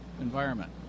environment